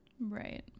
right